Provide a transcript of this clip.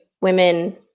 women